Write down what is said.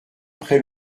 près